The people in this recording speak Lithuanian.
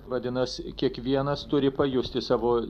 vadinas kiekvienas turi pajusti savo